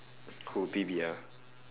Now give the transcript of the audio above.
who ah